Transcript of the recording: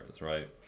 right